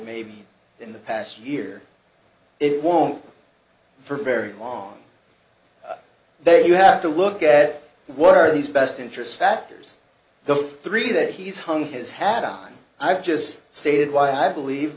maybe in the past year it won't for very long they you have to look at what are these best interests factors the three that he's hung his hat on i've just stated why i believe